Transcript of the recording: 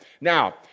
Now